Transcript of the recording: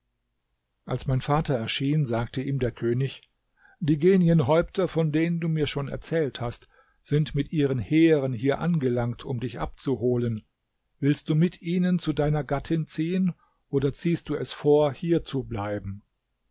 als mein vater erschien sagte ihm der könig die genienhäupter von denen du mir schon erzählt hast sind mit ihren heeren hier angelangt um dich abzuholen willst du mit ihnen zu deiner gattin ziehen oder ziehst du es vor hier zu bleiben